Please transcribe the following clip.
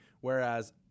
Whereas